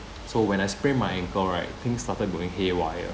so when I sprained my ankle right things started going haywire